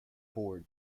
for